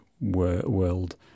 world